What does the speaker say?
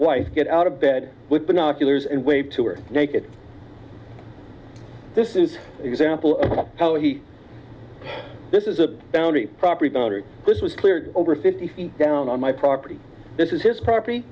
wife get out of bed with binoculars and wave to her naked this is example of how he this is a boundary property this was cleared over fifty feet down on my property this is his property